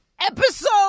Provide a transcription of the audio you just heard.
Episode